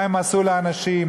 מה הם עשו לאנשים,